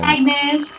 Agnes